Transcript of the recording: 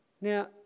now